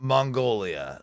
Mongolia